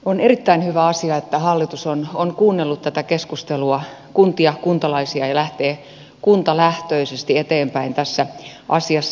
on erittäin hyvä asia että hallitus on kuunnellut tätä keskustelua kuntia kuntalaisia ja lähtee kuntalähtöisesti eteenpäin tässä asiassa